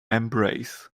embrace